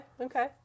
okay